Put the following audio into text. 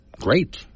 great